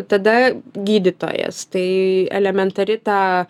tada gydytojas tai elementari ta